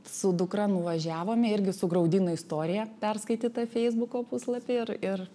su dukra nuvažiavom irgi sugraudino istorija perskaityta feisbuko puslapy ir ir